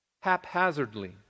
haphazardly